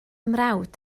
mrawd